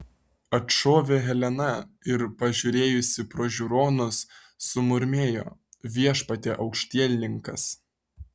atšovė helena ir pažiūrėjusi pro žiūronus sumurmėjo viešpatie aukštielninkas